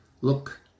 look